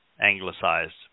anglicized